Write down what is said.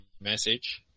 message